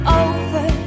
over